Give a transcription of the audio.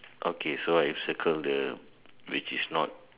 okay so I circle the which is not